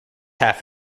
half